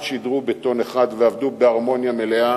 שידרו בטון אחד ועבדו בהרמוניה מלאה.